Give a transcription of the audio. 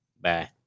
bye